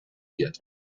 yet